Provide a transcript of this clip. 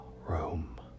room